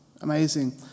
Amazing